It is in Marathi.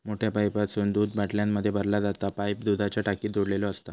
मोठ्या पाईपासून दूध बाटल्यांमध्ये भरला जाता पाईप दुधाच्या टाकीक जोडलेलो असता